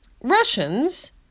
Russians